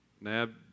Nab